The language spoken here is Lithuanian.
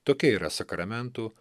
tokia yra sakramentų